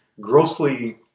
grossly